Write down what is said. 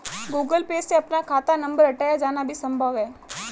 Google Pay से अपना खाता नंबर हटाया जाना भी संभव है